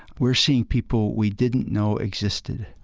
we're seeing people we didn't know existed